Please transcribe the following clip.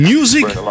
Music